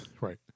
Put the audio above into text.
Right